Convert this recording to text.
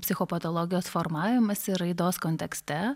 psichopatologijos formavimąsi raidos kontekste